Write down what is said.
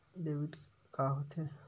Debit का होथे?